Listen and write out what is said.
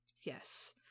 Yes